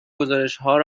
گزارشهای